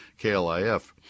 KLIF